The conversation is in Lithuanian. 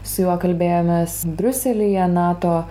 su juo kalbėjomės briuselyje nato